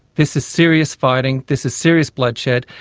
this is serious fighting, this is serious bloodshed,